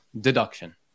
deduction